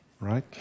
right